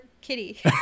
kitty